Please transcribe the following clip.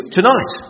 Tonight